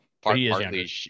Partly